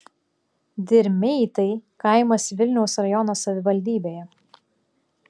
dirmeitai kaimas vilniaus rajono savivaldybėje